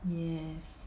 yes